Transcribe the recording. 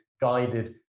guided